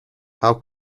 how